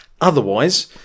Otherwise